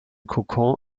kokon